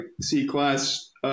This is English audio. C-class